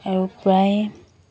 আৰু প্ৰায়